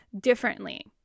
differently